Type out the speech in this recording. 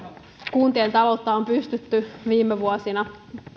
kuntien taloutta on pystytty viime vuosina